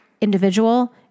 individual